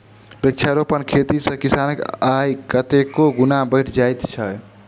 वृक्षारोपण खेती सॅ किसानक आय कतेको गुणा बढ़ि जाइत छै